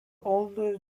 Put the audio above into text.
oldest